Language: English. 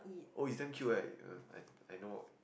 oh it's damn cute eh I I know